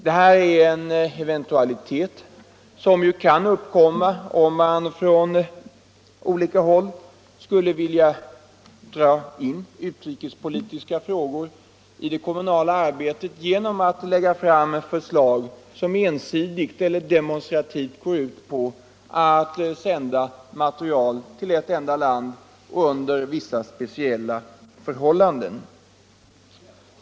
Det här är en eventualitet som ju kan uppkomma, om man från olika håll skulle vilja dra in utrikespolitiska frågor i det kommunala arbetet genom att lägga fram förslag som ensidigt eller demonstrativt går ut på att sända material till ett enda land och under vissa speciella förhållanden.